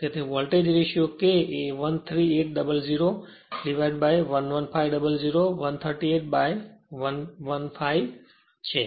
હવે તેથી voltage ratio K એ 13800 11500 138 by 115 છે